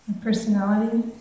personality